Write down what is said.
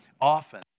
often